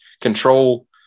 control